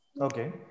Okay